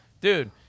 Dude